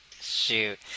Shoot